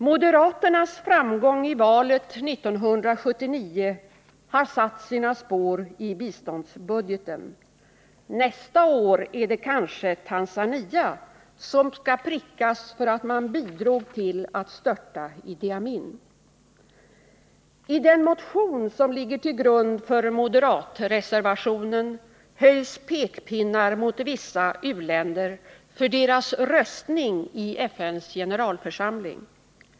Moderaternas framgång i valet 1979 har satt sina spår i biståndsbudgeten. Nästa år är det kanske Tanzania som skall prickas för att det landet bidrog till att störta Idi Amin. I den motion som ligger till grund för moderatreservationen höjs pekpinnar mot vissa u-länder för deras röstning i FN:s generalförsamling.